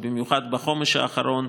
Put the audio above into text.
ובמיוחד בחומש האחרון,